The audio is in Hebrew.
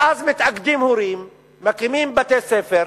ואז הורים מתאגדים, מקימים בתי-ספר,